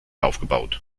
aufgebaut